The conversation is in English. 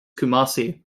kumasi